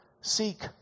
Seek